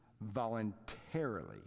voluntarily